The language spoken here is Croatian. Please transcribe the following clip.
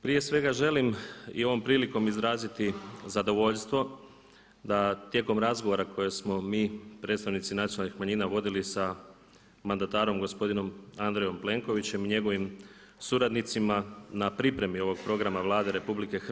Prije svega želim i ovom prilikom izraziti zadovoljstvo da tijekom razgovora koje smo mi predstavnici nacionalnih manjina vodili sa mandatarom gospodinom Andrejom Plenkovićem i njegovim suradnicima na pripremi ovog programa Vlade RH.